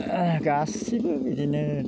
गासैबो बिदिनो